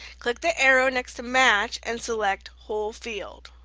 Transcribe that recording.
click the arrow next to match and select whole field.